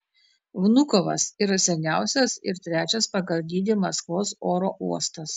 vnukovas yra seniausias ir trečias pagal dydį maskvos oro uostas